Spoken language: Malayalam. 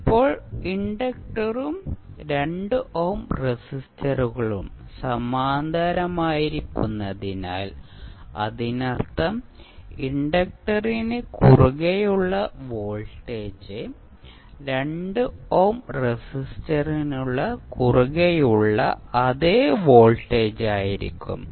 ഇപ്പോൾ ഇൻഡക്ടറും 2 ഓം റെസിസ്റ്ററുകളും സമാന്തരമായിരിക്കുന്നതിനാൽ അതിനർത്ഥം ഇൻഡക്റ്ററിന് കുറുകെയുള്ള വോൾട്ടേജ് 2 ഓം റെസിസ്റ്ററിന് കുറുകെയുള്ള അതേ വോൾട്ടേജായിരിക്കും